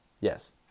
Yes